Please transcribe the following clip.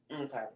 Okay